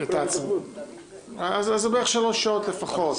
אז זה בערך שלוש שעות לפחות.